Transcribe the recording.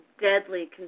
deadly